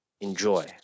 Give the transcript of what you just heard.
enjoy